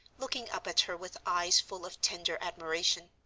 looking up at her with eyes full of tender admiration.